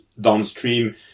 downstream